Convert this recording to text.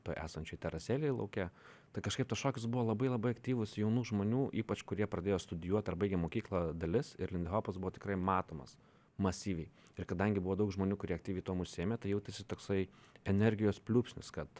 toj esančioj terasėlėj lauke tai kažkaip tas šokis buvo labai labai aktyvus jaunų žmonių ypač kurie pradėjo studijuot ar baigė mokyklą dalis ir lindihopas buvo tikrai matomas masyviai ir kadangi buvo daug žmonių kurie aktyviai tuom užsiėmė tai jautėsi toksai energijos pliūpsnis kad